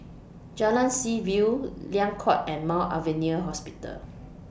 Jalan Seaview Liang Court and Mount Alvernia Hospital